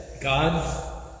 god